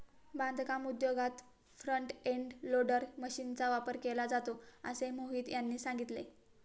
बांधकाम उद्योगात front end loader मशीनचा वापर केला जातो असे मोहित यांनी सांगितले